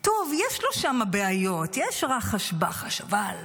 טוב, יש לו שם בעיות, יש רחש-בחש, אבל מנהיג.